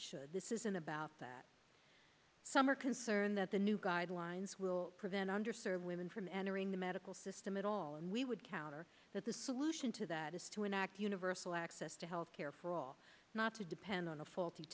should this isn't about that some are concerned that the new guidelines will prevent under served women from entering the medical system at all and we would counter that the solution to that is to enact universal access to health care for all not to depend on a faulty